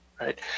right